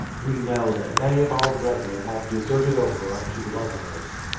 we know that many of our brethren have deserted over unto the lamanites,